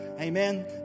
amen